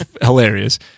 hilarious